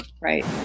right